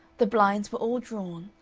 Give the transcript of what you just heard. the blinds were all drawn,